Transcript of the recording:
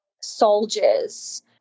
soldiers